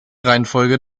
reihenfolge